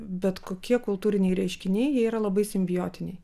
bet kokie kultūriniai reiškiniai jie yra labai simbiotiniai